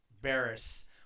Barris